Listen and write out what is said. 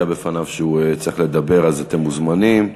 בפניו שהוא צריך לדבר אז אתם מוזמנים.